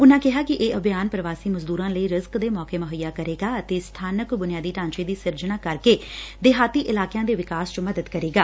ਉਨੂਾ ਕਿਹਾ ਕਿ ਇਹ ਅਭਿਆਨ ਪ੍ਰਵਾਸੀ ਮਜ਼ਦੁਰਾ ਲਈ ਰਿਜ਼ਕ ਦੇ ਮੌਕੇ ਮੁਹੱਈਆ ਕਰੇਗਾ ਅਤੇ ਸਬਾਨਕ ਬੂਨਿਆਦੀ ਢਾਂਚੇ ਦੀ ਸਿਰਜਣਾ ਕਰਕੇ ਦਿਹਾਤੀ ਇਲਾਕਿਆਂ ਦੇ ਵਿਕਾਸ ਚ ਮਦਦ ਕਰੇਗਾ